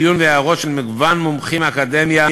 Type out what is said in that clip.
לעיון והערות של מגוון מומחים מהאקדמיה